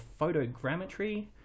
photogrammetry